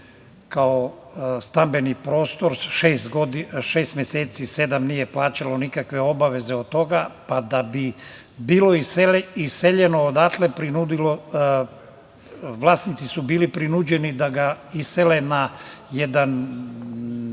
kao stambeni prostor šest meseci, sedam nije plaćalo nikakve obaveze od toga. Da bi bilo iseljeno odatle vlasnici su bili prinuđeni da ga isele na jedan